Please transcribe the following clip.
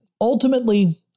Ultimately